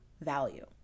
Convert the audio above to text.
value